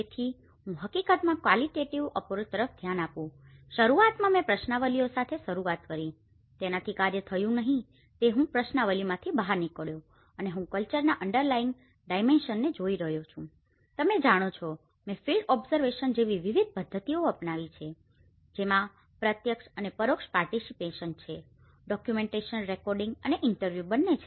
તેથી હું હકીકતમાં કવાલીટેટીવ અપ્રોચ તરફ ધ્યાન આપતો હતો શરૂઆતમાં મેં પ્રશ્નાવલિઓ સાથે શરૂઆત કરી તેનાથી કાર્ય થયું નહીં તેથી હું પ્રશ્નાવલિઓમાંથી બહાર નીકળ્યો અને હું કલ્ચરના અંડરલાયિંગ ડાઈમેન્શનને જોઈ રહ્યો છું તમે જાણો છોમેં ફિલ્ડ ઓબ્ઝર્વેશન જેવી વિવિધ પદ્ધતિઓ અપનાવી જેમાં પ્રત્યક્ષ અને પરોક્ષ પાર્ટીશીપેશન છે ડોક્યુંમેન્ટેશન રેકોર્ડિંગ અને ઇન્ટરવ્યૂ બંને છે